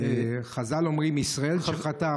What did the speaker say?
חז"ל אומרים: ישראל שחטא,